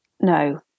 No